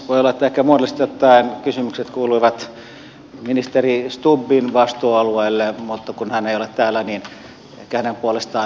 voi olla että ehkä muodollisesti ottaen kysymykset kuuluivat ministeri stubbin vastuualueelle mutta kun hän ei ole täällä niin ehkä hänen puolestaan